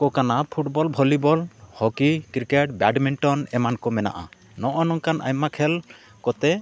football volleyball hockey cricket badminton ᱮᱢᱟᱱ ᱠᱚ ᱢᱮᱱᱟᱜᱼᱟ ᱱᱚᱜᱼᱚᱸᱭ ᱱᱚᱝᱠᱟᱱ ᱟᱭᱢᱟ ᱠᱷᱮᱞ ᱠᱚᱛᱮ